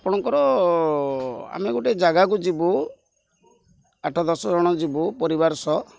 ଆପଣଙ୍କର ଆମେ ଗୋଟେ ଜାଗାକୁ ଯିବୁ ଆଠ ଦଶ ଜଣ ଯିବୁ ପରିବାର ସହ